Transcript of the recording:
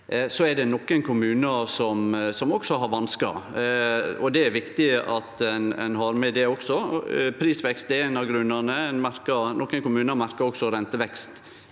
Det er nokre kommunar som har vanskar, og det er viktig at ein har med det også. Prisvekst er ein av grunnane. Nokre kommunar merkar også rentevekst